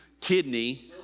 kidney